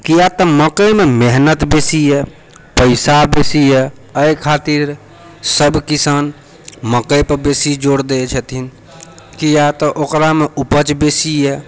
किया तऽ मकइमे मेहनत बेसी यऽ पैसा बेसी यऽ अइ खातिर सब किसान मकइपर बेसी जोर दै छथिन किया तऽ ओकरामे उपज बेसी यऽ